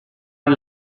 are